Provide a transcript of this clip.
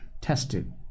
tested